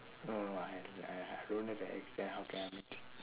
no no no I I I don't have a accent how can I mute it